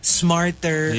smarter